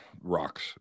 rocks